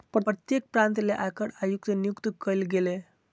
प्रत्येक प्रांत ले आयकर आयुक्त नियुक्त कइल गेलय